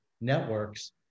networks